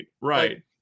right